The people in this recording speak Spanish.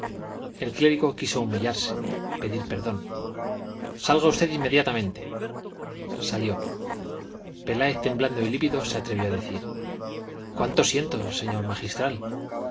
el clérigo quiso humillarse pedir perdón salga usted inmediatamente salió peláez temblando y lívido se atrevió a decir cuánto siento señor magistral